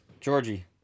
Georgie